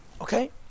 Okay